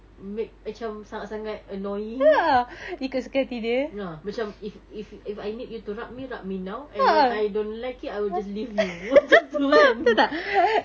make macam sangat-sangat annoying ah macam if if I need you rub me rub me now and when I don't like it I will just leave you macam tu kan